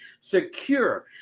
secure